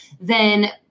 then-